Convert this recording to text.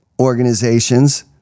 organizations